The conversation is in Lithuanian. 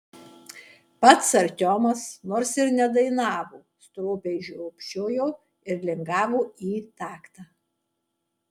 pats artiomas nors ir nedainavo stropiai žiopčiojo ir lingavo į taktą